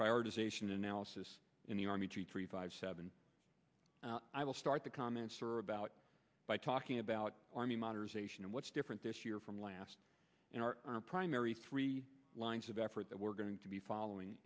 prioritization analysis in the army two three five seven i will start the comments are about by talking about army modernization and what's different this year from last in our primary three lines of effort that we're going to be following